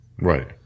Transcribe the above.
Right